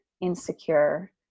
insecure